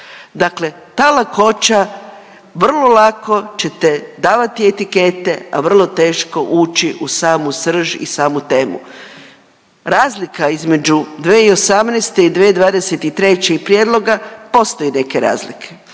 Dakle ta lakoća vrlo lako ćete davati etikete, a vrlo teško ući u samu srž i samu temu. Razlika između 2018. i 2023. i prijedloga postoji neke razlike.